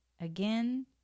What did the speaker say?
again